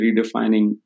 redefining